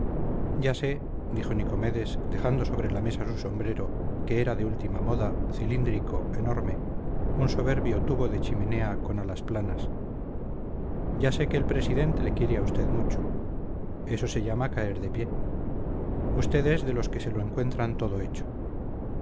ya sé dijo nicomedes dejando sobre la mesa su sombrero que era de última moda cilíndrico enorme un soberbio tubo de chimenea con alas planas ya sé que el presidente le quiere a usted mucho eso se llama caer de pie usted es de los que se lo encuentran todo hecho